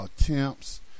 attempts